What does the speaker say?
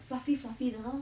fluffy fluffy 的 lor